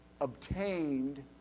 obtained